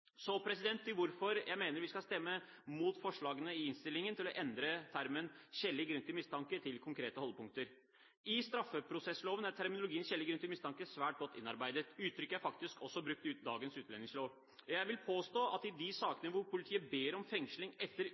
Så til hvorfor jeg mener vi skal stemme imot forslaget i innstillingen om å endre terminologien «skjellig grunn til å mistenke» til «konkrete holdepunkter for å anta». I straffeprosessloven er terminologien «skjellig grunn til å mistenke» svært godt innarbeidet. Uttrykket er faktisk også brukt i dagens utlendingslov. Jeg vil påstå at i de sakene hvor politiet ber om fengsling etter